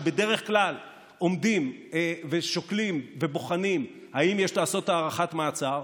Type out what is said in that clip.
שבדרך כלל עומדים ושוקלים ובוחנים אם יש לעשות הארכת מעצר,